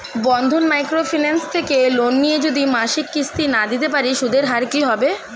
বন্ধন micro finance থেকে loan নিয়ে যদি মাসিক কিস্তি না দিতে পারি সুদের হার কি হবে?